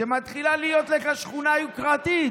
שמתחילה להיות לך שכונה יוקרתית,